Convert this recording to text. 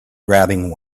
grabbing